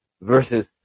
versus